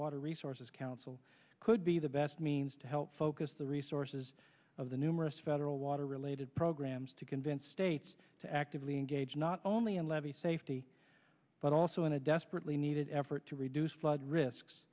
water resources council could be the best means to help focus the resources of the numerous federal water related programs to convince states to actively engage not only in levee safety but also in a desperately needed effort to reduce flood risks